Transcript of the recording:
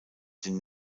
den